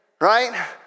right